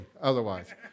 otherwise